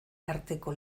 arteko